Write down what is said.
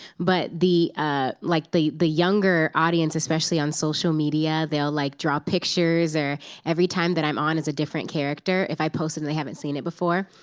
but the ah like the younger audience, especially on social media, they'll like draw pictures. or every time that i'm on as a different character, if i post it and they haven't seen it before,